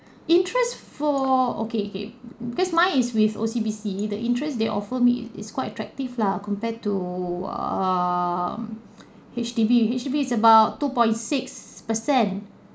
interest for okay okay because mine is with O_C_B_C the interest they offer me is is quite attractive lah compared to um H_D_B H_D_B is about two point six percent